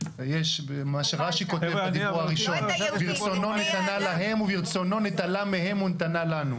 מה שרש"י כותב: ברצונו נתנה להם וברצונו נטלה מהם ונתנה לנו.